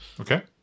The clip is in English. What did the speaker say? Okay